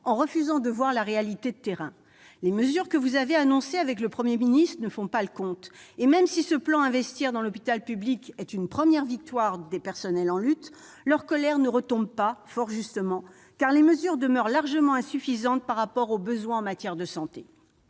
en refusant de voir la réalité de terrain ? Les mesures que vous avez annoncées avec le Premier ministre ne font pas le compte. Et même si ce plan Investir dans l'hôpital public est une première victoire des personnels en lutte, leur colère ne retombe pas. Fort justement, car les mesures demeurent largement insuffisantes par rapport aux besoins en matière de santé.